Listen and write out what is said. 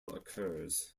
occurs